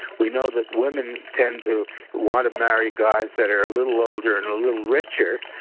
we know that women tend to want to marry guys that are a little older and a little richer,